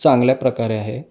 चांगल्या प्रकारे आहे